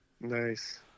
Nice